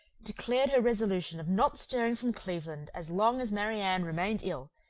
declared her resolution of not stirring from cleveland as long as marianne remained ill,